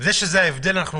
זה שזה ההבדל, הבנו.